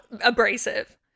abrasive